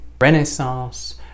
Renaissance